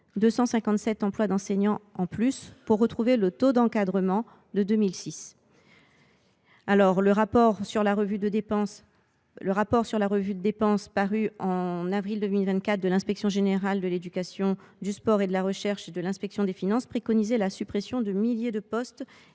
257 emplois d’enseignants en plus pour retrouver le taux d’encadrement de 2006. Le rapport sur la revue de dépenses paru au mois d’avril 2024 de l’inspection générale de l’éducation, du sport et de la recherche et de l’inspection générale des finances préconisait la suppression de milliers de postes